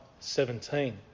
17